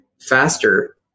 faster